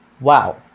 wow